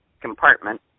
compartment